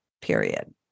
period